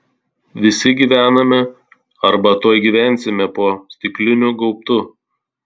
visi gyvename arba tuoj gyvensime po stikliniu gaubtu